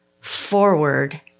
forward